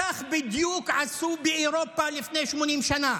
כך בדיוק עשו באירופה לפני 80 שנה.